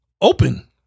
Open